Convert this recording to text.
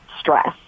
stress